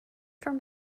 from